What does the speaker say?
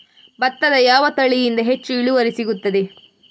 ಭತ್ತದ ಯಾವ ತಳಿಯಿಂದ ಹೆಚ್ಚು ಇಳುವರಿ ಸಿಗುತ್ತದೆ?